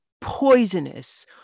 poisonous